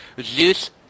Zeus